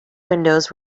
windows